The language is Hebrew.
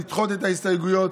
לדחות את ההסתייגויות.